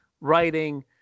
writing